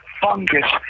fungus